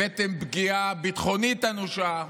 הבאתם פגיעה ביטחונית אנושה,